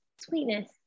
sweetness